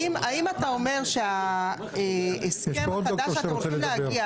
האם אתה אומר שההסכם החדש שאתם הולכים להגיע,